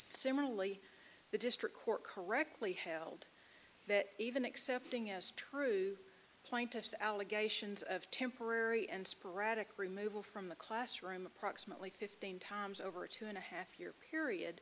similarly the district court correctly held that even accepting as true plaintiff's allegations of temporary and sporadic removal from the classroom approximately fifteen times over a two and a half year period